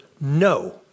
no